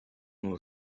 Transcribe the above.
will